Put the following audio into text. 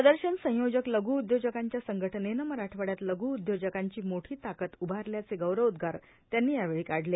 प्रदर्शन संयोजक लघ् उद्योजकांच्या संघटनेनं मराठवाड्यात लघू उद्योजकांची मोठी ताकद उभारल्याचे गौरवोदगार त्यांनी यावेळी काढले